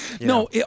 No